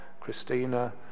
Christina